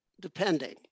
depending